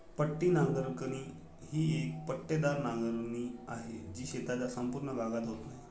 पट्टी नांगरणी ही एक पट्टेदार नांगरणी आहे, जी शेताचा संपूर्ण भागात होत नाही